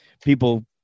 people